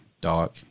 dark